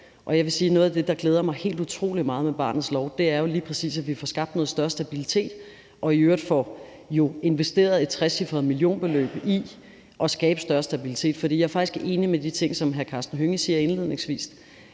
noget af det, der glæder mig helt utrolig meget med barnets lov, er, at vi lige præcis får skabt noget større stabilitet og jo i øvrigt får investeret et trecifret millionbeløb i at skabe større stabilitet. For jeg er faktisk enig i de ting, som hr. Karsten Hønge siger indledningsvis